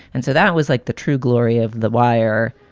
and so that was like the true glory of the wire,